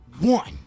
one